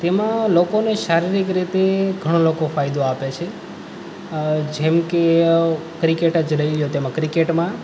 તેમાં લોકોને શારીરિક રીતે ઘણો લોકો ફાયદો આપે છે જેમ કે ક્રિકેટજ લઈ લો તેમાં ક્રિકેટમાં